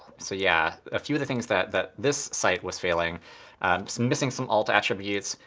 so yeah, a few of the things that that this site was failing it's missing some alt attributes.